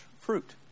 fruit